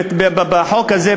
בחוק הזה,